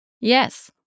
Yes